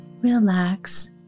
relax